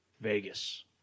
Vegas